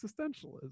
existentialism